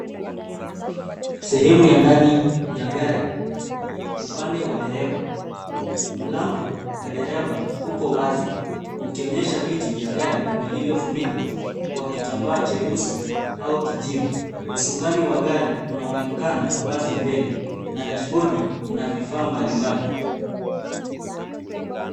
Sehemu ya ndani ya gari upande wa dereva. Mlango wa dereva uko wazi ukionyesha viti vya gari vilivyofunikwa kwa kitambaa cheusi au kijivu. Usukani wa gari unaonekana wazi mbele na dashibodi ina vifaa mbalimbali.